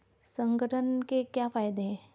संगठन के क्या फायदें हैं?